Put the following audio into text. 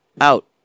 out